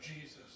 Jesus